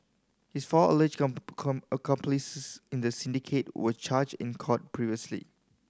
his four alleged come come accomplices in the syndicate were charged in court previously